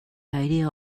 idea